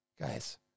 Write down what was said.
guys